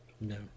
No